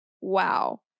Wow